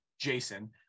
Jason